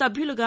సభ్యులుగా